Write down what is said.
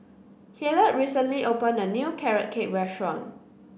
Hillard recently opened a new Carrot Cake restaurant